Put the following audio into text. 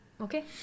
Okay